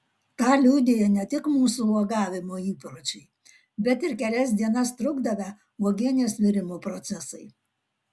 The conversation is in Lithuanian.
tą liudija ne tik mūsų uogavimo įpročiai bet ir kelias dienas trukdavę uogienės virimo procesai